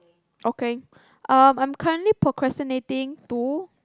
okay um I'm currently procrastinating to